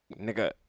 nigga